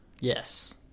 Yes